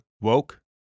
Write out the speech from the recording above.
Woke